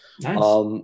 Nice